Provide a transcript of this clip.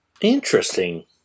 Interesting